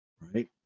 Right